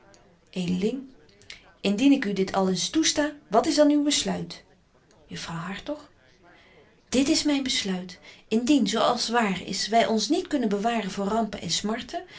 indien ik u dit al eens toesta wat is dan uw besluit juffrouw hartog dit is myn besluit indien zo als waar is wy ons niet kunnen bewaren voor rampen en smarten